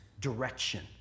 direction